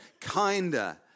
kinder